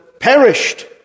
perished